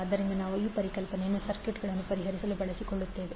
ಆದ್ದರಿಂದ ನಾವು ಈ ಪರಿಕಲ್ಪನೆಯನ್ನು ಸರ್ಕ್ಯೂಟ್ ಅನ್ನು ಪರಿಹರಿಸಲು ಬಳಸಿಕೊಳ್ಳುತ್ತೇವೆ